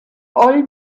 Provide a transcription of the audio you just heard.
all